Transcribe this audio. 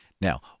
Now